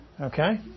okay